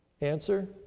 Answer